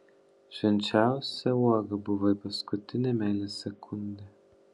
švenčiausia uoga buvai paskutinę meilės sekundę